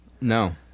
No